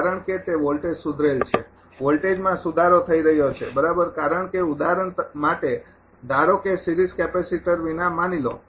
કારણ કે તે વોલ્ટેજ સુધરેલ છે વોલ્ટેજમાં સુધારો થઈ રહ્યો છે બરાબર કારણ કે ઉદાહરણ માટે ધારો કે સિરીઝ કેપેસિટર વિના માની લો